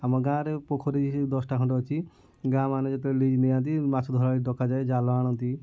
ଆମ ଗାଁରେ ପୋଖରୀ ସେଇ ଦଶଟା ଖଣ୍ଡେ ଅଛି ଗାଁ ମାନେ ଯେତେବେଳେ ଲିଜ୍ ନିଅନ୍ତି ମାଛ ଧରାଳି ଡ଼କା ଯାଏ ଜାଲ ଆଣନ୍ତି